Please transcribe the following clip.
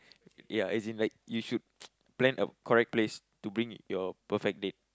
ya as in like you should plan a correct place to bring your perfect date